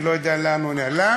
אני לא יודע לאן הוא נעלם,